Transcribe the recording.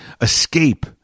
escape